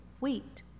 wheat